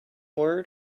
word